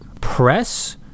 press